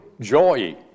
joy